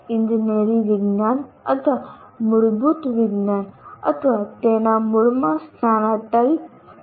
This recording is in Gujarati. ઇજનેરી વિજ્ઞાનન અથવા મૂળભૂત વિજ્ઞાન અથવા તેને મૂળમાં સ્થાનાંતરિત કરવું જોઈએ